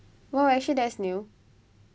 !wow! actually that's new